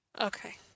Okay